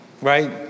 right